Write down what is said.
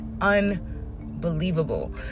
unbelievable